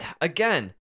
Again